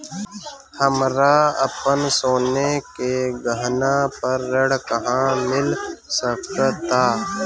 हमरा अपन सोने के गहना पर ऋण कहां मिल सकता?